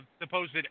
supposed